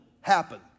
happen